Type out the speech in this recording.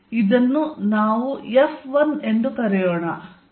ಇದನ್ನು ನಾವು F1 ಎಂದು ಕರೆಯೋಣ ಇದನ್ನು F2 ಎಂದು ಕರೆಯೋಣ